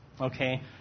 Okay